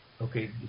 Okay